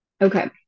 Okay